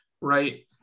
right